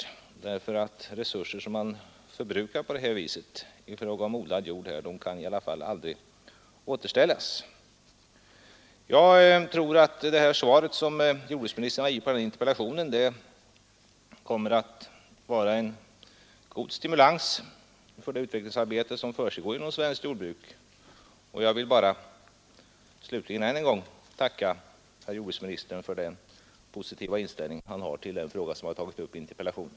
Resurser i fråga om odlad jord som man förbrukar på det viset kan ju aldrig återställas. Det svar som jordbruksministern har givit på min interpellation kommer säkert att vara en god stimulans för det utvecklingsarbete som försiggår inom svenskt jordbruk. Jag vill därför slutligen än en gång tacka herr jordbruksministern för den positiva inställning han har till den fråga som jag har tagit upp i interpellationen.